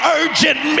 urgent